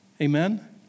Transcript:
Amen